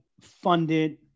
funded